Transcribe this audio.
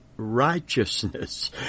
righteousness